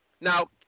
now